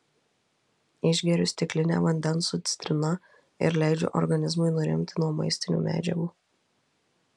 išgeriu stiklinę vandens su citrina ir leidžiu organizmui nurimti nuo maistinių medžiagų